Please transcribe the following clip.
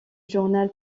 journal